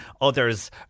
others